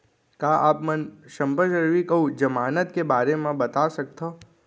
का आप मन मोला संपार्श्र्विक अऊ जमानत के बारे म बता सकथव?